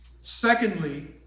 Secondly